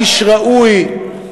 איש ראוי,